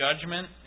judgment